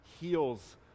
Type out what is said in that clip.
heals